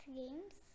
games